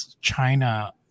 China